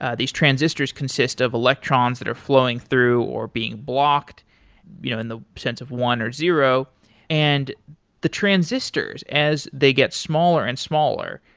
ah these transistors consist of electrons that are flowing through or being blocked you know in the sense of one or zero and the transistors as they get smaller and smaller,